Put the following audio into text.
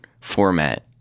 Format